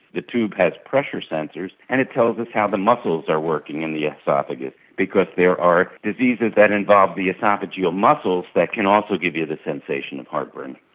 the tube has pressure sensors and it tells us how the muscles are working in the ah oesophagus because there are diseases that involve the oesophageal muscles that can also give you then sensation of heartburn.